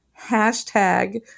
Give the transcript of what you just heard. Hashtag